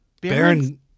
baron